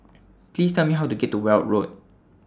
Please Tell Me How to get to Weld Road